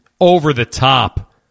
over-the-top